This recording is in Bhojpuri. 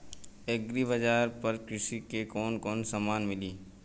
एग्री बाजार पर कृषि के कवन कवन समान मिली?